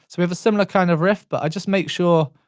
we have a similar kind of riff, but i just make sure,